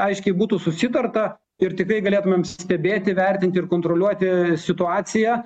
aiškiai būtų susitarta ir tikrai galėtumėm stebėti vertinti ir kontroliuoti situaciją